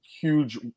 huge